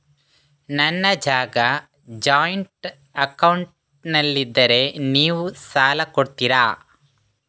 ನನ್ನ ಜಾಗ ಜಾಯಿಂಟ್ ಅಕೌಂಟ್ನಲ್ಲಿದ್ದರೆ ನೀವು ಸಾಲ ಕೊಡ್ತೀರಾ?